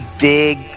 big